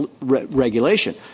regulation